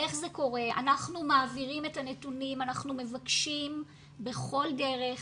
אנחנו מעבירים את הנתונים, אנחנו מבקשים בכל דרך